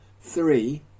three